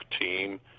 team